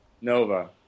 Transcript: Nova